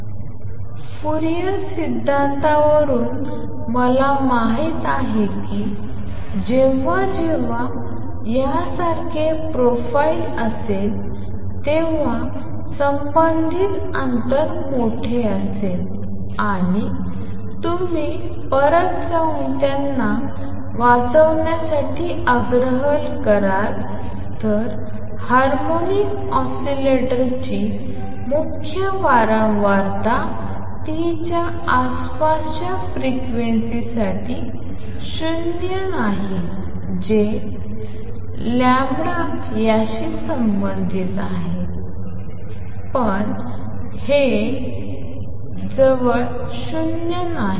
आणि फूरियर सिद्धांतावरून मला माहित आहे की जेव्हा जेव्हा यासारखे प्रोफाइल असेल तेव्हा संबंधित अंतर मोठे असेल आणि तुम्ही परत जाऊन त्यांना वाचण्यासाठी आग्रह कराल तर हार्मोनिक ऑसीलेटर ची मुख्य वारंवारता 0 च्या आसपासच्या फ्रिक्वेन्सीसाठी शून्य नाही जे λ याशी संबंधित आहे c पण हे0 च्या जवळ 0 नाही